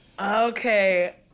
Okay